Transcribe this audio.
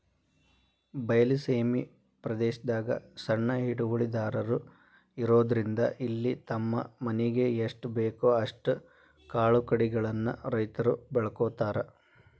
ಬಯಲ ಸೇಮಿ ಪ್ರದೇಶದಾಗ ಸಣ್ಣ ಹಿಡುವಳಿದಾರರು ಇರೋದ್ರಿಂದ ಇಲ್ಲಿ ತಮ್ಮ ಮನಿಗೆ ಎಸ್ಟಬೇಕೋ ಅಷ್ಟ ಕಾಳುಕಡಿಗಳನ್ನ ರೈತರು ಬೆಳ್ಕೋತಾರ